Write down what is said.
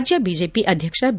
ರಾಜ್ಯ ಬಿಜೆಪಿ ಅಧ್ಯಕ್ಷ ಬಿ